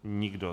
Nikdo.